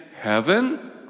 heaven